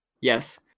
Yes